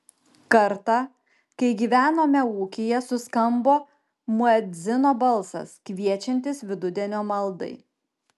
kartą kai gyvenome ūkyje suskambo muedzino balsas kviečiantis vidudienio maldai